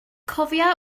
cofia